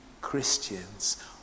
Christians